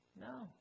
no